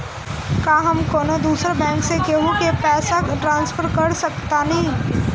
का हम कौनो दूसर बैंक से केहू के पैसा ट्रांसफर कर सकतानी?